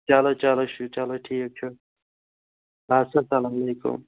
چلو چلو چھُ چلو ٹھیٖک چھُ اَدٕ سا سلام علیکُم